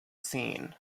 seen